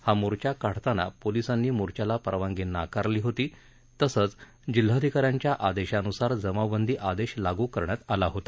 हा मोर्चा काढताना पोलिसांनी मोर्च्याला परवानगी नाकारली होती तसंच जिल्हाधिकाऱ्यांच्या आदेशानुसार जमावबंदी आदेश लागू करण्यात आला होता